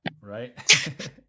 Right